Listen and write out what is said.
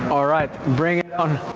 all right, bring it on!